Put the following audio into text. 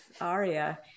aria